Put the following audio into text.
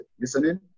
listening